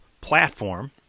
platform